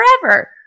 forever